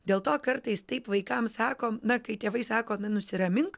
dėl to kartais taip vaikams sakom na kai tėvai sako nu nusiramink